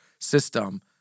system